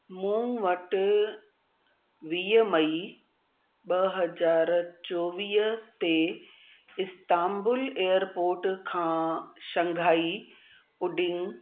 मूं वटि वीह मई ॿ हज़ार चोवीह ते इस्तांबुल एयरपोर्ट खां शंघाई उडींग